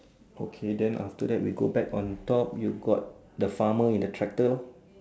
okay then after that we go back on top you got the farmer in the tractor